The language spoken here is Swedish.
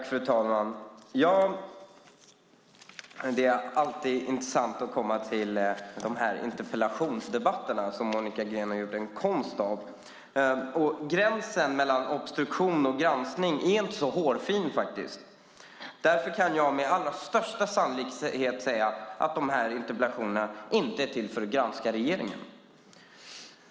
Fru talman! Det är alltid intressant att komma till dessa interpellationsdebatter, som Monica Green har gjort en konst av. Gränsen mellan obstruktion och granskning är faktiskt inte så hårfin. Därför kan jag säga att dessa interpellationer med allra största sannolikhet inte är till för att granska regeringen.